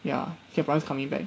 ya singaporeans coming back